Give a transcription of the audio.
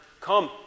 Come